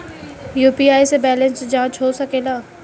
UPI से balance जाँच हो सके ला?